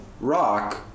rock